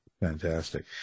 fantastic